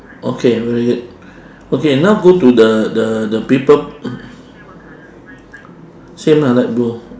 okay very good okay now go to the the the people same ah light blue